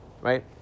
right